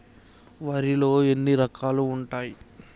వరిలో ఎన్ని రకాలు ఉంటాయి?